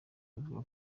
avuga